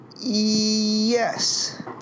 Yes